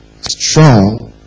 strong